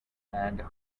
and